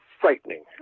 frightening